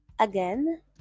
Again